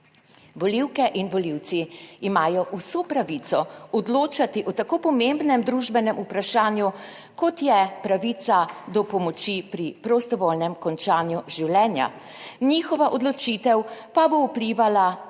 Volivke in volivci imajo vso pravico odločati o tako pomembnem družbenem vprašanju, kot je pravica do pomoči pri prostovoljnem končanju življenja, njihova odločitev pa bo vplivala